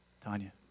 Tanya